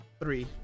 Three